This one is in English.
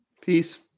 Peace